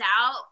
out